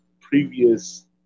previous